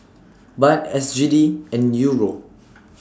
Baht S G D and Euro